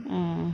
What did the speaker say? ah